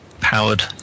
powered